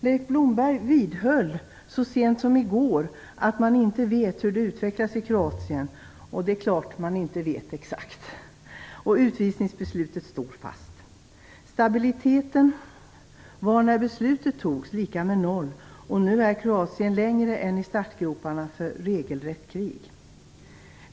Leif Blomberg vidhöll så sent som i går att man inte vet hur situationen utvecklas i Kroatien. Det är klart att man inte kan veta det exakt. Utvisningsbeslutet står fast. Stabiliteten var när beslutet fattades lika med noll. Nu är Kroatien närmare ett regelrätt krig än när man "bara" stod i startgroparna.